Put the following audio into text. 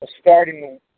Starting